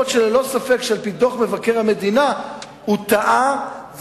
אף-על-פי שללא ספק על-פי דוח מבקר המדינה הוא טעה,